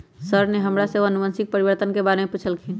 sir ने हमरा से अनुवंशिक परिवर्तन के बारे में पूछल खिन